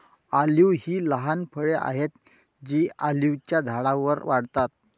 olive ही लहान फळे आहेत जी ऑलिव्हच्या झाडांवर वाढतात